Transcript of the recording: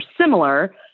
similar